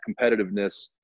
competitiveness